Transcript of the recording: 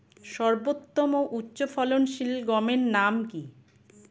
সর্বোত্তম ও উচ্চ ফলনশীল গমের নাম কি?